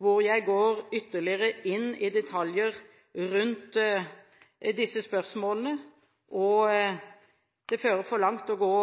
hvor jeg går ytterligere inn i detaljer rundt disse spørsmålene. Det fører for langt å gå